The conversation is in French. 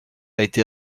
été